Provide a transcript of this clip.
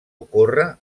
ocórrer